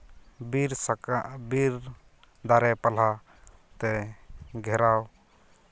ᱵᱤᱨ ᱥᱟᱠᱟᱢ ᱵᱤᱨ ᱫᱟᱨᱮ ᱯᱟᱞᱦᱟ ᱛᱮ ᱜᱷᱮᱨᱟᱣ